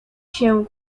się